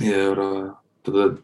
ir tada